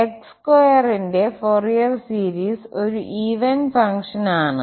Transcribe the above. x2 ന്റെ Fourier series ഒരു even function ആണ്